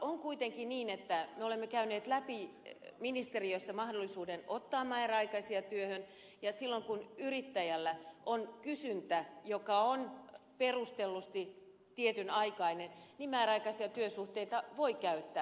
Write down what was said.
on kuitenkin niin että me olemme käyneet läpi ministeriössä mahdollisuuden ottaa määräaikaisia työhön ja silloin kun yrittäjällä on kysyntä joka on perustellusti tietyn aikainen niin määräaikaisia työsuhteita voi käyttää